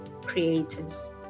creators